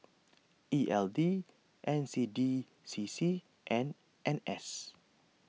E L D N C D C C and N S